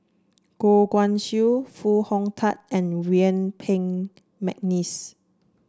Goh Guan Siew Foo Hong Tatt and Yuen Peng McNeice